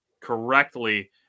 correctly